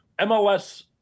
mls